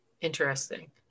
Interesting